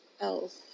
else